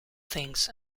things